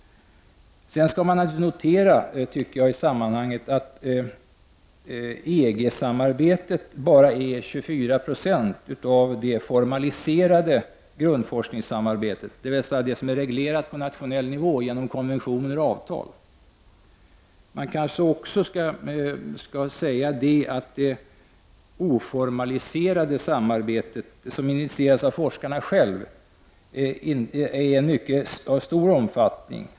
Sedan skall man naturligtvis notera i sammanhanget att EG-samarbetet bara är 24 70 av det formaliserade grundforskningssamarbetet, dvs. det som är reglerat på nationell nivå genom konventioner eller avtal. Man skall kanske också nämna att det oformaliserade samarbetet, som initierats av forskarna själva, är av stor omfattning.